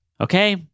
Okay